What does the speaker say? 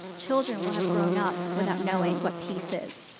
children will have grown up without knowing what peace is,